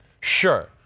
Sure